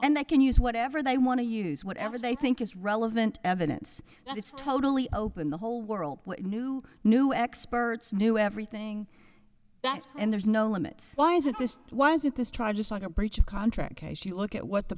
and they can use whatever they want to use whatever they think is relevant evidence that it's totally open the whole world what new new experts new everything that's and there's no limits why isn't this why isn't this tried just like a breach of contract case you look at what the